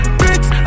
bricks